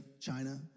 China